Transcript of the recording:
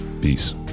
peace